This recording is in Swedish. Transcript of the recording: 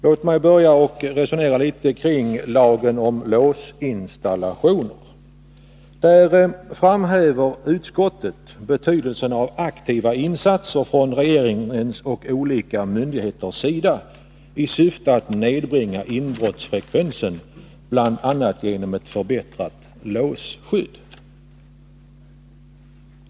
Låt mig börja med frågan om lag om låsinstallation. Utskottet framhäver betydelsen av aktiva insatser från regeringens och olika myndigheters sida i syfte att nedbringa inbrottsfrekvensen, bl.a. genom ett förbättrat låsskydd.